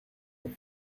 neuf